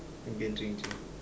okay drink drink